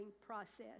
process